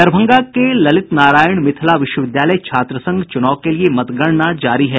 दरभंगा के ललित नारायण मिथिला विश्वविद्यालय छात्र संघ चूनाव के लिये मतगणना जारी है